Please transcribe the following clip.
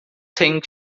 think